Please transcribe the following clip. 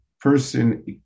person